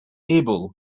abel